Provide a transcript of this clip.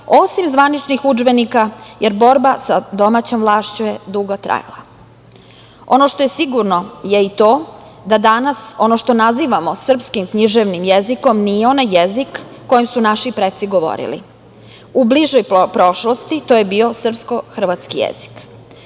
osim zvaničnih udžbenika jer borba sa domaćom vlašću je dugo trajala. Ono što je sigurno je i to da danas ono što nazivamo srpskim književnim jezikom nije onaj jezik kojim su naši preci govorili. U bližoj prošlosti to je bio srpsko-hrvatski jezik. Danas